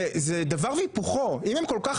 זה דבר והיפוכו, אם הן כל כך